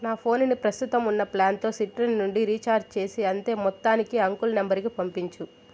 నా ఫోనుని ప్రస్తుతం ఉన్న ప్ల్యాన్తొ సిట్రిన్ నుండి రీఛార్జి చేసి అంతే మొత్తానికి అంకుల్ నంబరుకి పంపించు